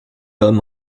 hommes